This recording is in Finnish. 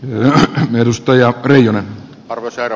myöskään edustaja oli hyvä arvosana